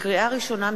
לקריאה ראשונה,